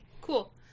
Cool